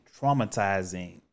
traumatizing